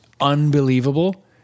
unbelievable